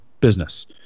business